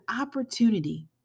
opportunity